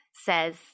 says